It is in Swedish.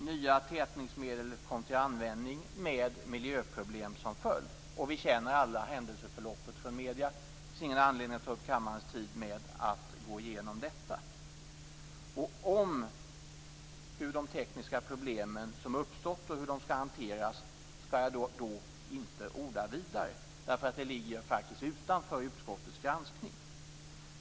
Nya tätningsmedel kom till användning med miljöproblem som följd. Vi känner alla händelseförloppet från medierna. Det finns ingen anledning att ta upp kammarens tid med att gå igenom detta. Om hur de tekniska problemen har uppstått och hur de skall hanteras skall jag inte orda vidare, därför att det ligger faktiskt utanför utskottets granskning.